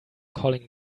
calling